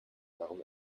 darum